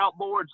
outboards